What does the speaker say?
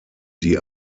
die